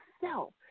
self